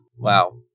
Wow